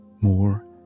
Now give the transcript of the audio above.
more